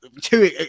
two